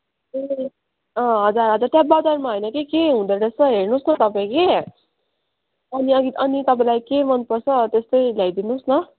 ए अँ हजुर हजुर त्यहाँ बजारमा होइन कि के हुँदो रहेछ हेर्नुहोस् न तपाईँ कि अनि अनि अनि तपाईँलाई के मनपर्छ त्यस्तै ल्याइदिनु होस् न